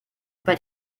but